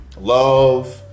love